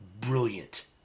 brilliant